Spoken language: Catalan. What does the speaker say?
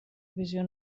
visió